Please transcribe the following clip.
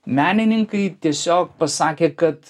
menininkai tiesiog pasakė kad